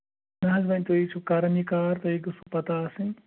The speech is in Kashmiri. نہ حظ وۄنۍ تُہۍ ہے چھُو کران یہِ کار تۄہے گٔژھٕو پَتہ آسٕنۍ